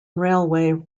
railway